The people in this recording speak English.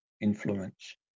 influence